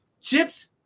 Chip's